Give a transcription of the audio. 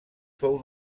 fou